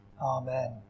Amen